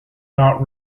art